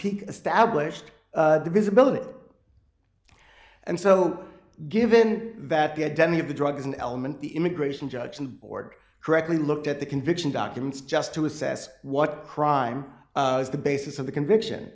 peak established the visibility and so given that the identity of the drug is an element the immigration judge on board correctly looked at the conviction documents just to assess what crime is the basis of the conviction